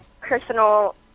personal